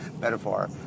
metaphor